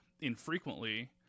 infrequently